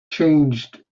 changed